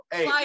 Hey